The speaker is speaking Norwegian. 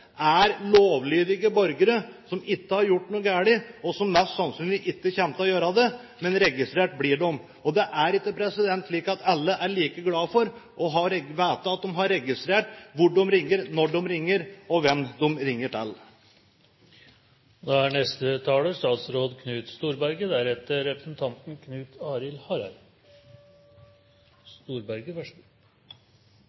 er lovlydige borgere som ikke har gjort noe galt, og som mest sannsynlig ikke kommer til å gjøre det – men registrert blir de. Det er ikke slik at alle er like glade for å vite at det er registrert hvor man ringer, når man ringer, og hvem man ringer til.